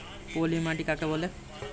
পলি মাটি কাকে বলে?